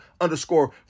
underscore